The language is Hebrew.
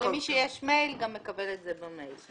למי שיש מייל, גם מקבל את זה במייל.